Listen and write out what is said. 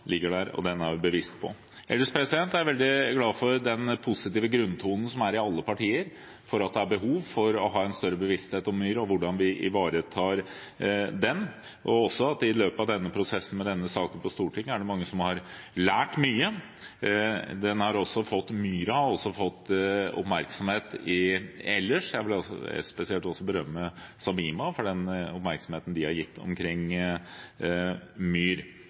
ligger der, og den er vi bevisst på. Ellers er jeg veldig glad for den positive grunntonen som er i alle partier for at det er behov for å ha en større bevissthet om myr og hvordan vi ivaretar den, og også for at det i løpet av prosessen med denne saken på Stortinget er mange som har lært mye. Myra har også fått oppmerksomhet ellers. Jeg vil spesielt berømme SABIMA for den oppmerksomheten som de har gitt omkring myr.